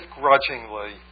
grudgingly